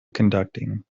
conducting